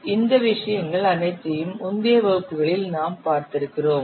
எனவே இந்த விஷயங்கள் அனைத்தையும் முந்தைய வகுப்புகளில் நாம் பார்த்திருக்கிறோம்